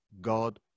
God